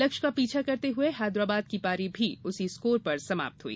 लक्ष्य का पीछा करते हुए हैदराबाद की पारी भी उसी स्कोर पर समाप्त हुई